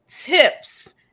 tips